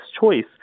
choice